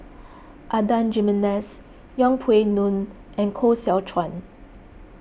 Adan Jimenez Yeng Pway Ngon and Koh Seow Chuan